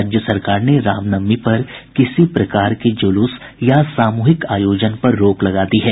राज्य सरकार ने रामनवमी पर किसी प्रकार के जुलूस या सामूहिक आयोजन पर रोक लगा दी है